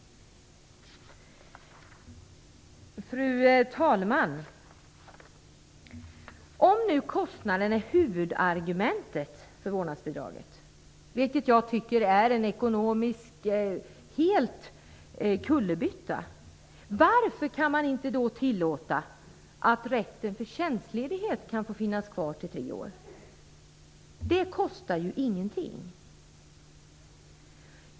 Fru talman! Varför kan man inte tillåta att rätten till tjänstledighet i tre år finns kvar, om nu kostnaden är huvudargumentet mot vårdnadsbidraget, vilket jag tycker är en ekonomisk kullerbytta? Det kostar ju ingenting.